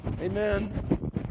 Amen